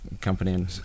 company